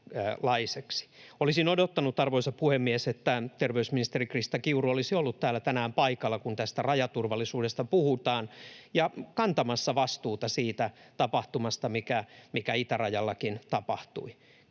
Olisin odottanut, arvoisa puhemies, että terveysministeri Krista Kiuru olisi ollut täällä tänään paikalla, kun tästä rajaturvallisuudesta puhutaan, kantamassa vastuuta siitä tapahtumasta, mikä itärajallakin tapahtui,